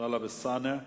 טלב אלסאנע.